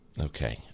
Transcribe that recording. Okay